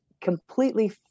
completely